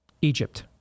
Egypt